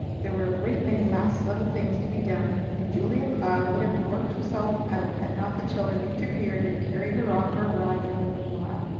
there were a great many last little things to be done, and julia cloud would have worked herself out, had not the children interfered and carried her off for a ride every little while.